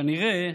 כנראה